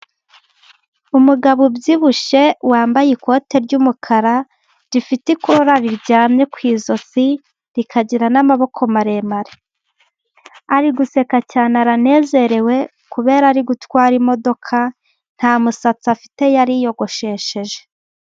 Umugabo ubyibushye wambaye ikote ry'umukara, rifite ikora riryamye ku ijosi, rikagira n'amaboko maremare, ari guseka cyane aranezerewe, kubera ari gutwara imodoka, nta musatsi afite yari yogoshesheje.